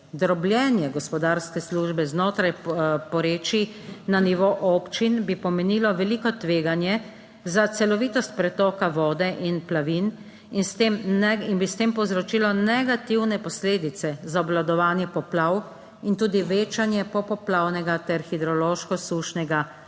Drobljenje gospodarske službe znotraj porečij na nivo občin bi pomenilo veliko tveganje za celovitost pretoka vode in plavin bi s tem povzročilo negativne posledice za obvladovanje poplav in tudi večanje popoplavnega ter hidrološko sušnega